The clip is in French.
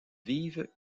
vive